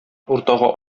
уртага